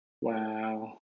wow